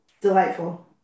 delightful